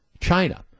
China